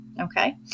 Okay